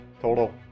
total